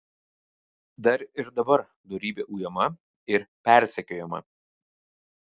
dar ir dabar dorybė ujama ir persekiojama